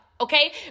okay